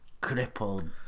crippled